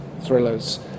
thrillers